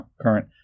current